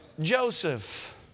Joseph